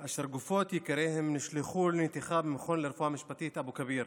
אשר גופות יקיריהם נשלחו לנתיחה במכון לרפואה משפטית באבו כביר,